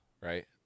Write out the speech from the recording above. right